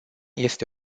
este